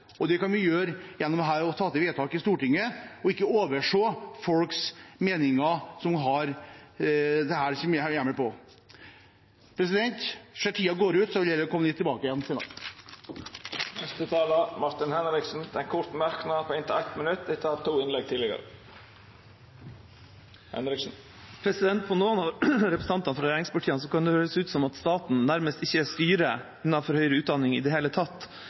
og det kan vi ta ved å fatte vedtak her i Stortinget og ikke overse folks meninger. Jeg ser at tiden går ut, så jeg vil heller komme tilbake igjen senere. Representanten Martin Henriksen har hatt ordet to gonger tidlegare og får ordet til ein kort merknad, avgrensa til 1 minutt. På noen av representantene fra regjeringspartiene kan det høres ut som om staten nærmest ikke styrer innenfor høyere utdanning i det hele tatt.